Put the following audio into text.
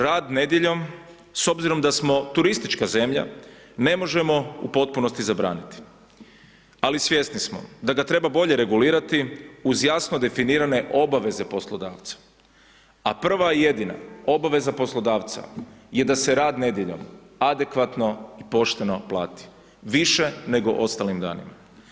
Rad nedjeljom, s obzirom da smo turistička zemlja, ne možemo u potpunosti zabraniti, ali svjesni smo da ga treba bolje regulirati uz jasno definirane obaveze poslodavca, a prva i jedina obaveza poslodavca je da se rad nedjeljom adekvatno i pošteno plati, više nego ostalim danima.